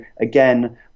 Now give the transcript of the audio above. again